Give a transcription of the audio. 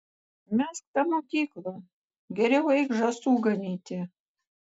mesk tą mokyklą geriau eik žąsų ganyti